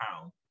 pounds